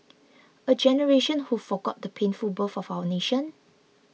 a generation who forgot the painful birth of our nation